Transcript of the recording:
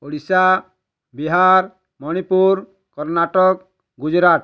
Odisha Bihar Manipur Karnataka Gujarat